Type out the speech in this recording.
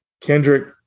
Kendrick